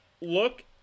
look